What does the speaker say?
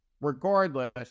regardless